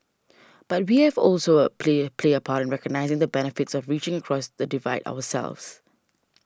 but we have also a play play a part recognising the benefits of reaching across the divide ourselves